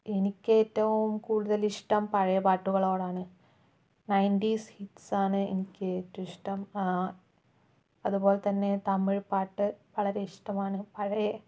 എനിക്കേറ്റവും കൂടുതൽ ഇഷ്ടം പഴയ പാട്ടുകളോട് ആണ് നയന്റി സിക്സ് ആണ് എനിക്ക് ഏറ്റവും ഇഷ്ടം അതുപോലെതന്നെ തമിഴ് പാട്ട് വളരെ ഇഷ്ടമാണ് പഴയ